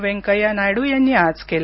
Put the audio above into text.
वेंकय्या नायडू यांनी आज केलं